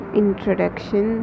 introduction